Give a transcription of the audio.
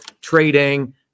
trading